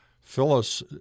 Phyllis